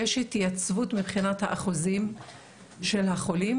יש התייצבות מבחינת האחוזים של החולים